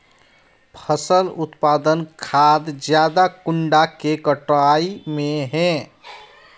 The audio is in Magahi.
फसल उत्पादन खाद ज्यादा कुंडा के कटाई में है?